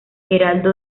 heraldo